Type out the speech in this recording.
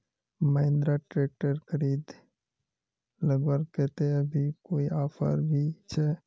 Mahindra tractor खरीद लगवार केते अभी कोई ऑफर भी छे?